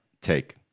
take